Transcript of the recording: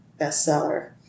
bestseller